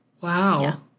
Wow